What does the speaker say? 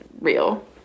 real